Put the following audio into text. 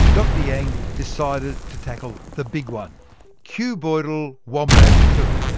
dr yang decided to tackle the big one cuboidal wombat poo.